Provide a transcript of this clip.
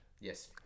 Yes